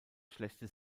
schlechte